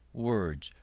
words,